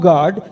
God